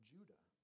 Judah